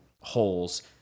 holes